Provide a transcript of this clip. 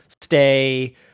stay